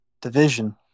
division